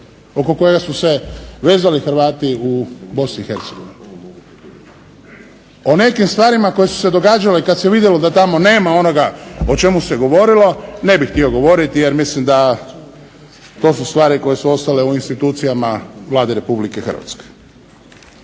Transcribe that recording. oko koga su se vezali Hrvati u Bosni i Hercegovini. O nekim stvarima koje su se događale kad se vidjelo da tamo nema onoga o čemu se govorilo ne bih htio govoriti jer mislim da to su stvari koje su ostale u institucijama Vlade Republike Hrvatske.